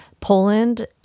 Poland